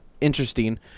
interesting